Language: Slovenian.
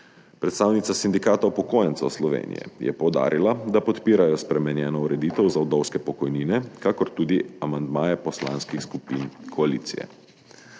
Predstavnica Sindikata upokojencev Slovenije je poudarila, da podpirajo spremenjeno ureditev za vdovske pokojnine, pa tudi amandmaje poslanskih skupin koalicije.